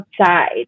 outside